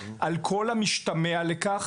על כל המשתמע לכך,